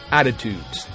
attitudes